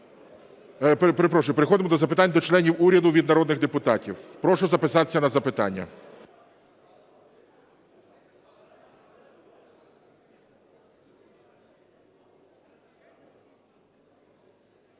Перепрошую, переходимо до запитань до членів уряду від народних депутатів. Прошу записатися на запитання.